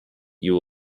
you